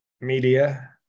media